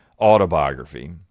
autobiography